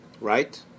right